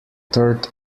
third